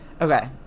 Okay